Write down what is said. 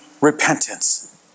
repentance